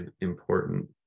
important